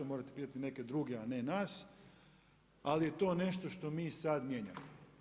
Morate pitati neke druge, a ne nas, ali je to nešto što mi sada mijenjamo.